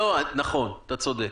נכון, אתה צודק.